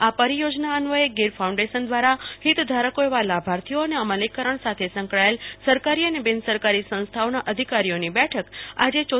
આ પરિયોજના અન્વયે ગીર ફાઉન્ડેશન દ્વારા હિતધારકો એવા લાભાર્થીઓ અને અમલીકરણ સાથે સંકળાયેલા સરકારી અને બિનસરકારી સંસ્થાઓના અધિકારીઓની બેઠક આજે તા